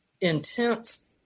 intense